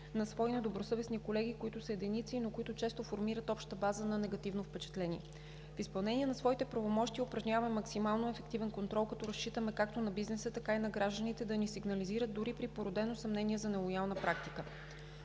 на свои недобросъвестни колеги, които са единици, но които често формират обща база на негативно впечатление. В изпълнение на своите правомощия упражнявам максимално ефективен контрол, като разчитаме както на бизнеса, така и на гражданите да ни сигнализират дори при породено съмнение за нелоялна практика.